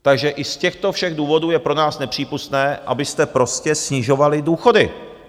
Takže i z těchto všech důvodů je pro nás nepřípustné, abyste prostě snižovali důchody.